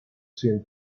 saint